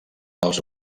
els